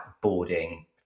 boarding